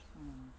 mm